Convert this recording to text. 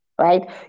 right